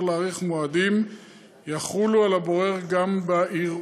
להאריך מועדים יחולו גם על הבורר בערעור,